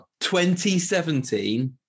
2017